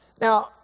Now